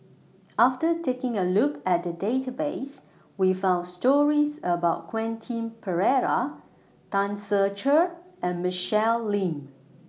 after taking A Look At The Database We found stories about Quentin Pereira Tan Ser Cher and Michelle Lim